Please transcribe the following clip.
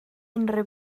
unrhyw